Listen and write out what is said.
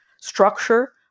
structure